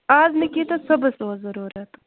آز نہٕ کیٚنہہ تہٕ صُبحَس اوس ضٔروٗرَتھ